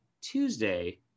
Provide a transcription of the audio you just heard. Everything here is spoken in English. Tuesday